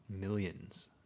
millions